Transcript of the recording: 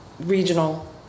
regional